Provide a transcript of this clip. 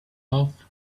off